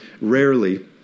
Rarely